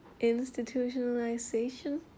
institutionalization